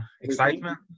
excitement